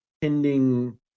pending